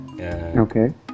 Okay